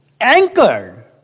anchored